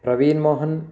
Praveen Mohan